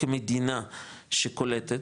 כמדינה שקולטת,